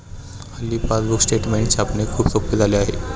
हल्ली passbook statement छापणे खूप सोपे झाले आहे